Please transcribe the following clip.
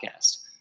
podcast